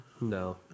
No